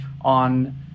on